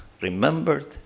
remembered